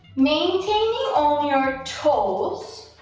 maintaining on your toes